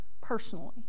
personally